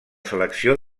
selecció